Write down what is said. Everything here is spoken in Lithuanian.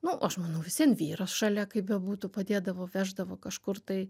nu aš manau vis vien vyras šalia kaip bebūtų padėdavo veždavo kažkur tai